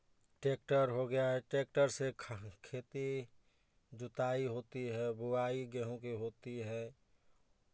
tractor हो गया है ट्रैक्टर से खेती जुताई होती है बुआई गेहूं की होती है